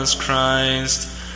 Christ